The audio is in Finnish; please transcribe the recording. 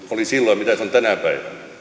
oli silloin ja mitä se on tänä päivänä jos ajatellaan